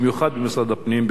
במיוחד במשרד הפנים,